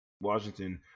Washington